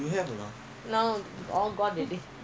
அந்தமாதிரிஇருந்துச்சு:antha mathiri irundhuchu